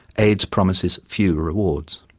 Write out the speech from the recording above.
aids promises few rewards.